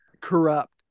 corrupt